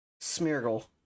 Smeargle